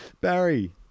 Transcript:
Barry